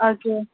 okay